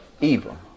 evil